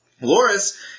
Loris